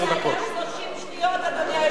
אפילו זה היה 30 שניות, אדוני היושב-ראש.